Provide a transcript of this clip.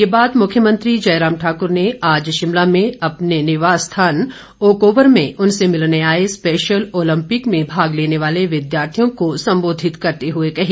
ये बात मुख्यमंत्री जयराम ठाक्र ने आज शिमला में अपने निवास स्थान ओक ओवर में उनसे मिलने आए स्पेशल ओलम्पिक में भाग लेने वाले विद्यार्थियों को संबोधित करते हुए कही